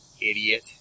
idiot